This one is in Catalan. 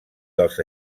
dels